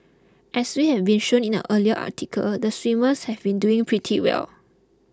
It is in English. as we have been shown in our earlier article the swimmers have been doing pretty well